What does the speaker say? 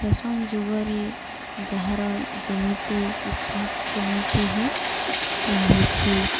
fashion ଯୁଗରେ ଯାହାର ଯେମିତି ଇଚ୍ଛା ସେମିତି ହିଁ ପିନ୍ଧୁଛି